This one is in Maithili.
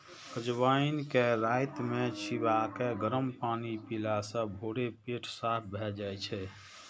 अजवाइन कें राति मे चिबाके गरम पानि पीला सं भोरे पेट साफ भए जाइ छै